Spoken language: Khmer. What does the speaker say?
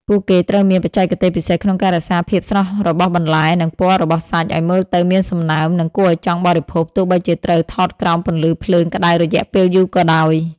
ពួកគេត្រូវមានបច្ចេកទេសពិសេសក្នុងការរក្សាភាពស្រស់របស់បន្លែ និងពណ៌របស់សាច់ឱ្យមើលទៅមានសំណើម និងគួរឱ្យចង់បរិភោគ ទោះបីជាត្រូវថតក្រោមពន្លឺភ្លើងក្ដៅរយៈពេលយូរក៏ដោយ។